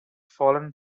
fallen